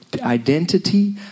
identity